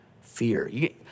fear